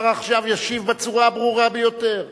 השר ישיב עכשיו בצורה הברורה ביותר.